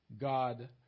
God